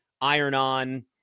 iron-on